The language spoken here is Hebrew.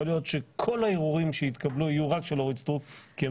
יכול להיות שכל הערעורים שיתקבלו יהיו רק של אורית סטרוק כי הם